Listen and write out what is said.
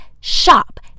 shop